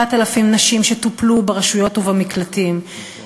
7,000 נשים שטופלו ברשויות ובמקלטים,